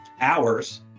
hours